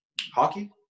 hockey